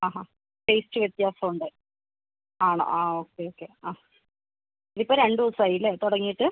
അ അ ടേസ്റ്റ് വ്യത്യാസം ഉണ്ട് ആണോ ഓക്കെ ഓക്കെ ഇതിപ്പോൾ രണ്ട് ദിവസം ആയല്ലേ തുടങ്ങിയിട്ട്